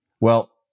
Well-